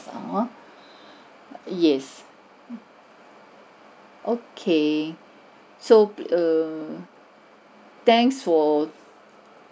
a'ah yes okay so err thanks for